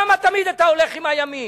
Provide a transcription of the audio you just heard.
למה תמיד אתה הולך עם הימין,